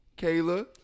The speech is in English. Kayla